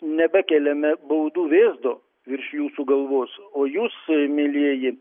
nebekeliame baudų vėzdo virš jūsų galvos o jūsų mielieji